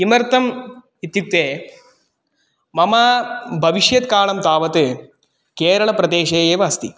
किमर्थम् इत्युक्ते मम भविष्यत् कालं तावत् केरलप्रदेशे एव अस्ति